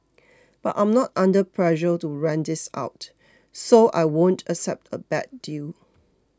but I'm not under pressure to rent this out so I won't accept a bad deal